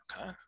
Okay